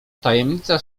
tajemnica